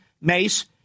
Mace